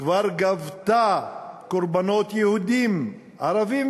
כבר גבתה קורבנות יהודים וערבים,